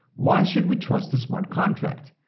why should we trust a smart contract?